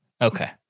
Okay